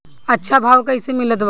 अच्छा भाव कैसे मिलत बा?